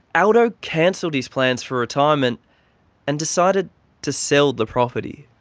aldo cancelled his plans for retirement and decided to sell the property.